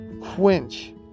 quench